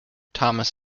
thomas